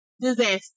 disaster